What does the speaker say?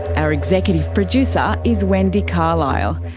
our executive producer is wendy carlisle.